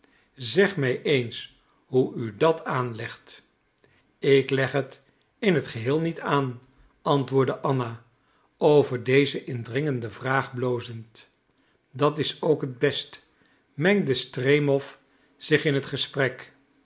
zeg mij eens hoe u dat aanlegt ik leg in het geheel niet aan antwoordde anna over deze indringende vraag blozend dat is ook het best mengde stremow zich in het gesprek